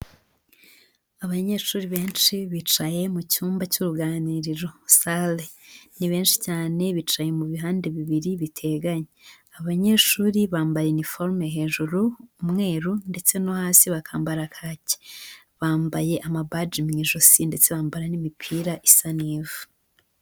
Abanyeshuri benshi bicaye mu cyumba cy'uruganiriro sale, ni benshi cyane bicaye mu bihande bibiri biteganye, abanyeshuri bambaye ni iniforume hejuru umweru ndetse no hasi bakambara kaki, bambaye amabaji mu ijosi ndetse bambara n'imipira isa n'ivu.